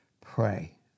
pray